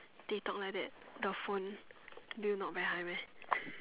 they talk like that the phone do you not very high meh